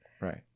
Right